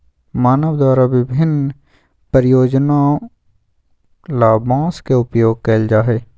मानव द्वारा विभिन्न प्रयोजनों ला बांस के उपयोग कइल जा हई